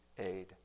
aid